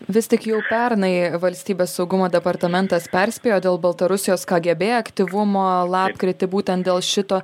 vis tik jau pernai valstybės saugumo departamentas perspėjo dėl baltarusijos kgb aktyvumo lapkritį būtent dėl šito